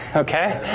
okay.